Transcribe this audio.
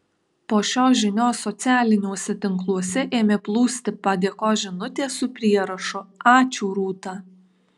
po šios žinios socialiniuose tinkluose ėmė plūsti padėkos žinutės su prierašu ačiū rūta